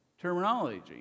terminology